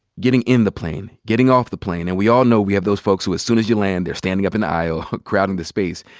getting in the plane, getting off the plane. and we all know, we have those folks who as soon as you land, they're standing up in the aisle, crowding the space.